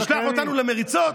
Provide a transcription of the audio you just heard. לשלוח אותנו למריצות?